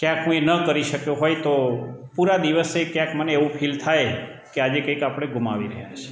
ક્યાંક હું એ ન કરી શક્યો હોય તો પૂરા દિવસે ક્યાંક મને એવું ફિલ થાય કે આજે કંઈક આપણે ગુમાવી રહ્યાં છીએ